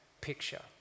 picture